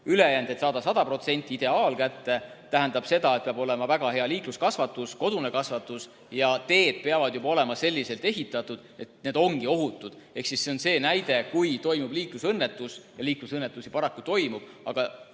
Ülejäänu, et saada 100%, ideaal kätte, tähendab seda, et peab olema väga hea liikluskasvatus, kodune kasvatus ja teed peavad olema juba selliselt ehitatud, et need ongi ohutud. Ehk siis kui toimub liiklusõnnetus – ja liiklusõnnetusi paraku toimub –,